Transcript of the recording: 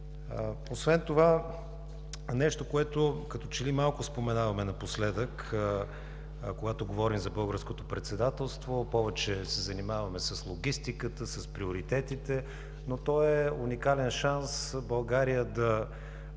Освен това нещо, което като че ли малко споменаваме напоследък, когато говорим за българското председателство, а повече се занимаваме с логистиката, с приоритетите, но то е уникален шанс България да